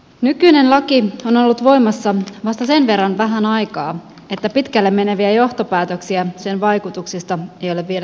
nykyinen laki on ollut voimassa vasta sen verran vähän aikaa että pitkälle meneviä johtopäätöksiä sen vaikutuksista ei ole vielä syytä tehdä